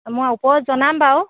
মই ওপৰত জনাম বাৰু